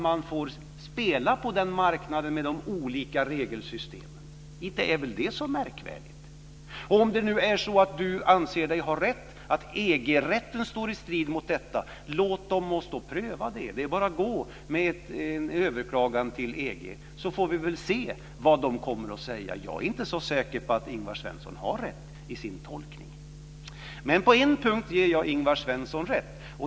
Man får spela på den marknaden med de olika regelsystemen. Inte är väl det så märkvärdigt. Om Ingvar Svensson nu anser sig ha rätt, att EG rätten står i strid med detta, låtom oss då pröva det. Det är bara att gå med ett överklagande till EG så får vi se vad de kommer att säga. Jag är inte så säker på att Ingvar Svensson har rätt i sin tolkning. Men på en punkt ger jag Ingvar Svensson rätt.